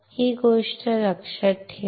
ही गोष्ट लक्षात ठेवा